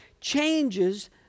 changes